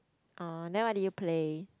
oh then what did you play